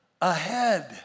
ahead